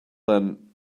then